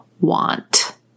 want